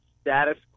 status